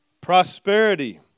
prosperity